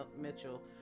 Mitchell